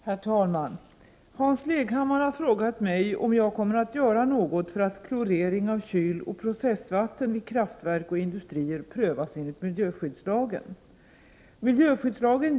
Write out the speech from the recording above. Herr talman! Hans Leghammar har frågat mig om jag kommer att göra något för att klorering av kyloch processvatten vid kraftverk och industrier skall prövas enligt miljöskyddslagen.